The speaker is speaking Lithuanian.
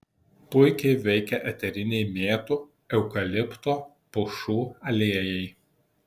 puikiai veikia eteriniai mėtų eukalipto pušų aliejai